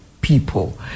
people